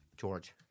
George